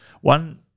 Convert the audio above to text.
One